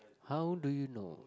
how do you know